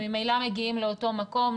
הם ממילא מגיעים לאותו מקום,